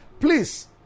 Please